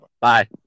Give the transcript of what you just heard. bye